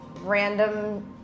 random